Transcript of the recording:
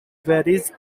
varies